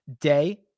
Day